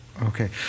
Okay